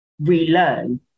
relearn